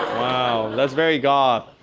wow, that's very goth.